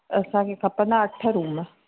असांखे खपंदा अठ रूम